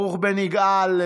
ברוך בן-יגאל,